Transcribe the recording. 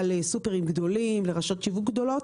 לסופרים גדולים ולרשתות שיווק גדולות.